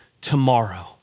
tomorrow